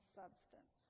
substance